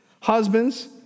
Husbands